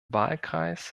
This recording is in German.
wahlkreis